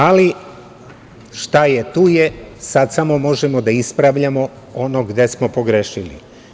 Ali, šta je tu je, sad samo možemo da ispravljamo ono gde smo pogrešili.